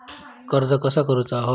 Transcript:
कर्ज कसा करूचा?